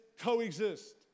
coexist